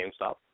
GameStop